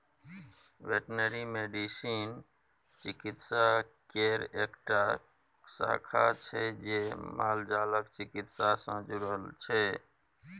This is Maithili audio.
बेटनरी मेडिसिन चिकित्सा केर एकटा शाखा छै जे मालजालक चिकित्सा सँ जुरल छै